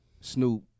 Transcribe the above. Snoop